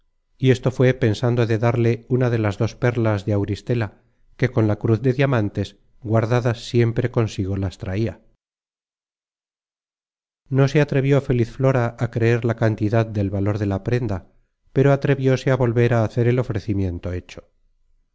y esto fué pensando de darle una de las dos perlas de auristela que con la cruz de diamantes guardadas siempre consigo las traia no se atrevió feliz flora á creer la cantidad del valor de la prenda pero atrevióse á volver á hacer el ofrecimiento hecho